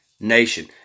nation